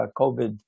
COVID